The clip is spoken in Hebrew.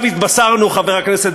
חבר הכנסת